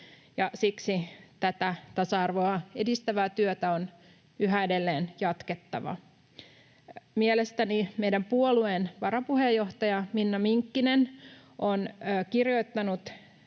Siksi tätä tasa-arvoa edistävää työtä on yhä edelleen jatkettava. Mielestäni meidän puolueemme varapuheenjohtaja Minna Minkkinen on kirjoittanut